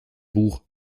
buch